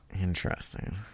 Interesting